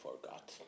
forgot